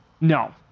No